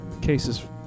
cases